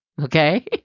Okay